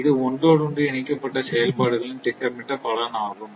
இது ஒன்றோடொன்று இணைக்கப்பட்ட செயல்பாடுகளின் திட்டமிடப்பட்ட பலன் பலன் ஆகும்